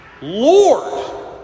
lord